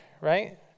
right